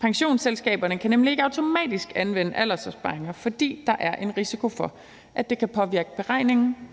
Pensionsselskaberne kan nemlig ikke automatisk anvende aldersopsparinger, fordi der er en risiko for, at det kan påvirke beregningen